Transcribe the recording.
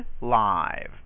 live